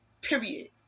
Period